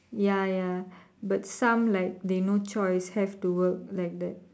ya ya but some like they no choice have to work like that